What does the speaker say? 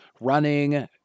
running